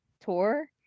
tour